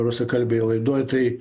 rusakalbėj laidoj tai